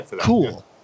cool